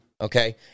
Okay